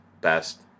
best